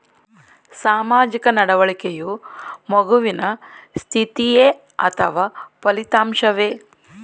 ಸಾಮಾಜಿಕ ನಡವಳಿಕೆಯು ಮಗುವಿನ ಸ್ಥಿತಿಯೇ ಅಥವಾ ಫಲಿತಾಂಶವೇ?